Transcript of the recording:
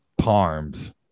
parms